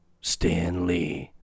Stanley